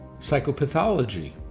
psychopathology